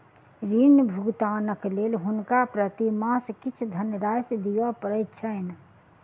ऋण भुगतानक लेल हुनका प्रति मास किछ धनराशि दिअ पड़ैत छैन